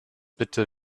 bitte